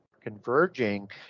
converging